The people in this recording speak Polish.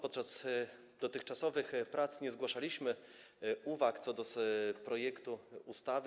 Podczas dotychczasowych prac nie zgłaszaliśmy uwag co do projektu ustawy.